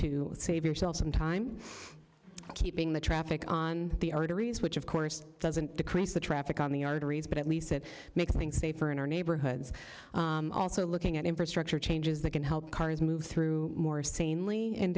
to save yourself some time keeping the traffic on the arteries which of course doesn't decrease the traffic on the arteries but at least it make things safer in our neighborhoods also looking at infrastructure changes that can help cars move through more sanely in